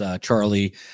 Charlie